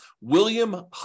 William